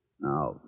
Now